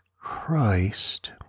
Christ